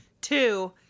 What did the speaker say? Two